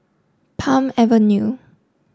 Palm Avenue